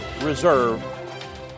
Reserve